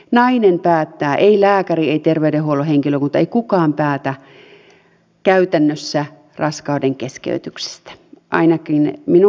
nainen päättää ei lääkäri ei terveydenhuollon henkilökunta ei kukaan heistä päätä käytännössä raskaudenkeskeytyksistä ainakaan minun vastaanotollani